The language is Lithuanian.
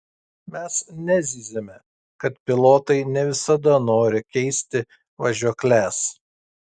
mes nezyziame kad pilotai ne visada nori keisti važiuokles